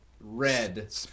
Red